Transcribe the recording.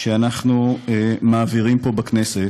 שאנחנו מעבירים פה בכנסת,